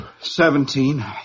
Seventeen